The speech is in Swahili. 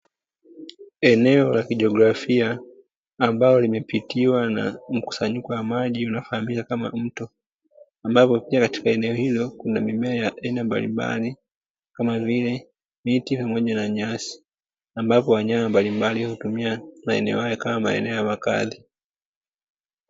Eneo la kijografia, ambalo limepitiwa na mkusanyiko wa maji unaofahamika kama mto, ambapo pia katika eneo hilo kuna mimea ya aina mbalimbali, kama vile miti pamoja na nyasi, ambapo wanyama mbalimbali hutumia maeneo haya kama maeneo ya makazi.